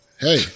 Hey